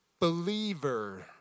believer